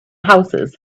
houses